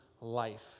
life